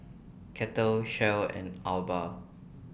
Kettle Shell and Alba